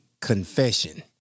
confession